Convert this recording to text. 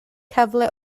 cyfle